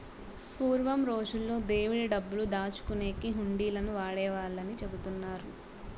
పూర్వం రోజుల్లో దేవుడి డబ్బులు దాచుకునేకి హుండీలను వాడేవాళ్ళని చెబుతున్నారు